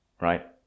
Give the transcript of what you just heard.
right